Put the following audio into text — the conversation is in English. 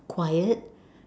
quiet